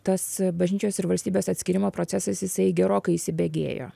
tas bažnyčios ir valstybės atskyrimo procesas jisai gerokai įsibėgėjo